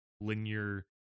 linear